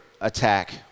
attack